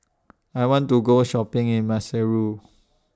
I want to Go Shopping in Maseru